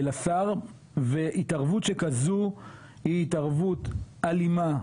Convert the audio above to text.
והתערבות שכזו היא התערבות אלימה,